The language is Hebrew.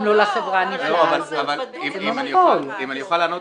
גם לא לחברה --- אם אני אוכל לענות.